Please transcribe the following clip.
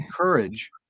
courage